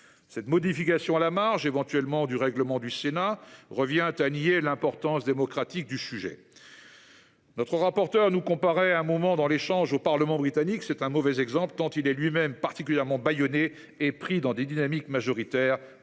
Cette modification à la marge, éventuellement, du règlement du Sénat revient à nier l’importance démocratique du sujet. Notre rapporteur a comparé notre Parlement au Parlement britannique. C’est un mauvais exemple, tant celui ci est lui même particulièrement bâillonné et pris dans des dynamiques majoritaires…